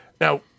Now